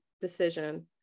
decision